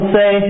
say